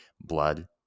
blood